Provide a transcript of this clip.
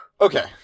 Okay